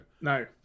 No